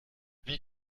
wie